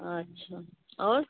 अच्छा आओर